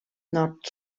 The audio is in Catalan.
nord